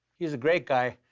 he's a great guy.